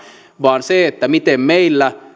vaan se miten meillä